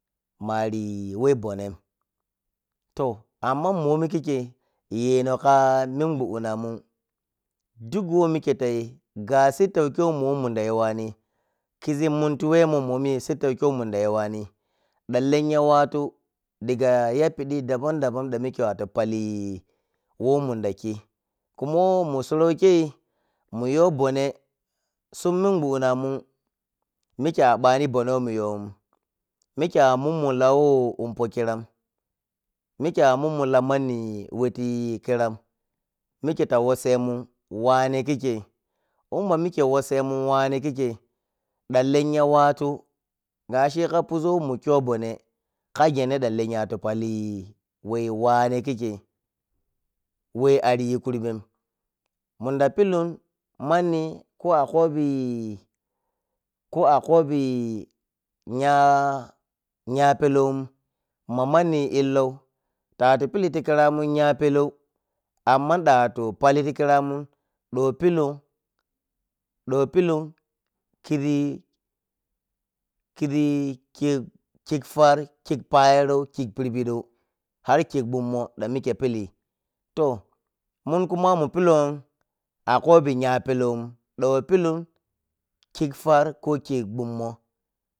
Mari whe bonnem toh amman momi kikkei yeno ka minguddinamun duk whei mikkei tayi ga sittau kei whe mom munda yuwani kizi munri wemoi momi sittau kei whe munda yuwani ɗan lenya watu diga yapidi dabandaban dameki pali who munda khi kuma who musurou kei muyo mbonne sun minguɗɗinanun mike abani mbone whe munyohi mike a munmu la who umpokiran mike a mummu la manni whe tiya kiran mike ta wassemun wane kikkei umma mike wassemun wane kikkei ɗan lenya watu gashi ka lenya watu pali wei wanne kikkei wei ariyi kurben munɗa pilun manni ko akobi ko akobi nya nya pelou’in ma manni illou ta waru piliti liramun nya pelow amman ɗan watu pali ti kiramun ɗon piluu ɗon piluu kizi kizi kik far, kik payrow, kik pirpidou har kik gummo ɗan mike pili toh mun kuma mun pilou a kobi nya pelou in akobi nya pelou’in ɗon pilou kik far ko kik gummo.